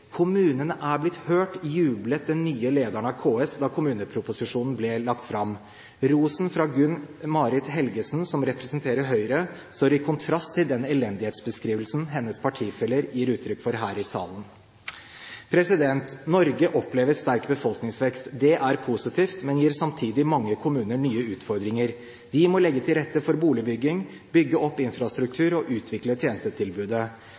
Kommunene er blitt hørt, jublet den nye lederen av KS da kommuneproposisjonen ble lagt fram. Rosen fra Gunn Marit Helgesen, som representerer Høyre, står i kontrast til den elendighetsbeskrivelsen hennes partifeller gir uttrykk for her i salen. Norge opplever en sterk befolkningsvekst. Det er positivt, men gir samtidig mange kommuner nye utfordringer. De må legge til rette for boligbygging, bygge opp infrastruktur og utvikle tjenestetilbudet.